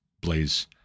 Blaze